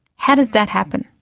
how does that happen?